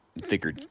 thicker